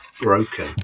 broken